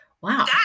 Wow